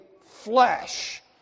flesh